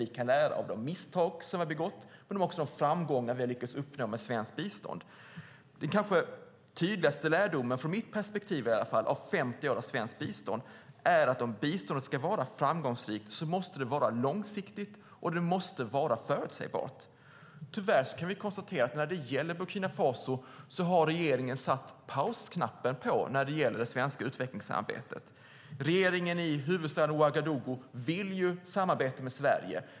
Vi kan lära av de misstag som vi har begått men också av de framgångar som vi har lyckats uppnå med svenskt bistånd. Den kanske tydligaste lärdomen, i alla fall ur mitt perspektiv, av 50 år av svenskt bistånd är att om biståndet ska vara framgångsrikt måste det vara långsiktigt, och det måste vara förutsägbart. Tyvärr kan vi konstatera att regeringen har tryckt på pausknappen när det gäller det svenska utvecklingssamarbetet med Burkina Faso. Regeringen i huvudstaden Ouagadougou vill samarbeta med Sverige.